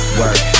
work